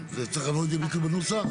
זה צריך לבוא לידי ביטוי בנוסח?